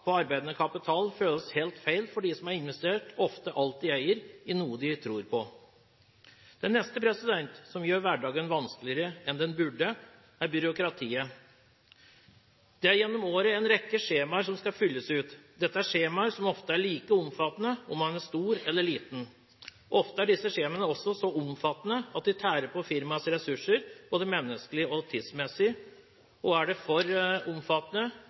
på arbeidende kapital føles helt feil for dem som har investert, ofte alt de eier, i noe de tror på. Det neste som gjør hverdagen vanskeligere enn den burde være, er byråkratiet. Gjennom året er det en rekke skjemaer som skal fylles ut. Dette er skjemaer som ofte er like omfattende om man er stor eller liten. Ofte er disse skjemaene også så omfattende at de tærer på firmaets ressurser, både menneskelig og tidsmessig – og er det for omfattende,